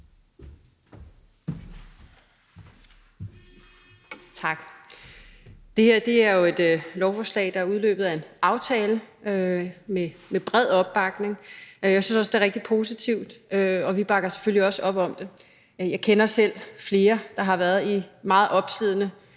Tak. Det her er jo et lovforslag, der udløber af en aftale, der har bred opbakning. Jeg synes også, det er rigtig positivt, og vi bakker selvfølgelig også op om det. Jeg kender selv flere, der har været i meget opslidende